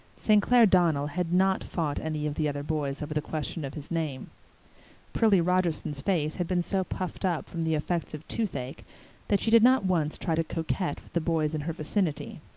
st. clair donnell had not fought any of the other boys over the question of his name prillie rogerson's face had been so puffed up from the effects of toothache that she did not once try to coquette with the boys in her vicinity.